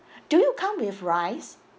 do you come with rice